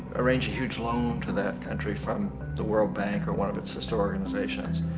arrange a huge loan to that country from the world bank or one of it's sister organizations.